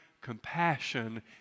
compassion